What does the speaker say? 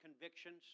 convictions